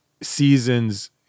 seasons